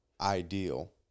ideal